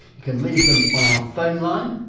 you can leave them on our phone line,